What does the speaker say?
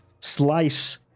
slice